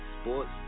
Sports